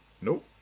Nope